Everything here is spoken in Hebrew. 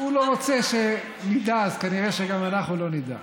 הוא לא רוצה שנדע, אז כנראה אנחנו גם לא נדע.